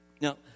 Now